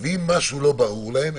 ואם משהו לא ברור להם,